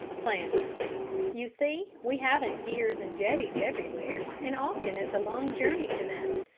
planter you see, we haven't piers and jetties everywhere, and often it's a long journey to them.